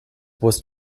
was